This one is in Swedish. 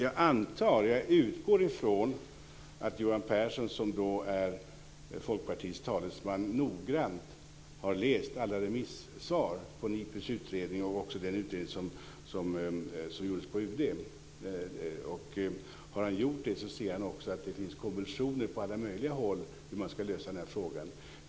Fru talman! Jag utgår ifrån att Johan Pehrson, som är Folkpartiets talesman, noggrant har läst alla remissvar på NIPU:s utredning och också den utredning som gjordes på UD. Om han har gjort det så ser han också att det finns konventioner på alla möjliga håll när det gäller hur man ska lösa denna fråga.